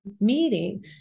meeting